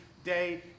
day